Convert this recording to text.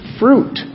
fruit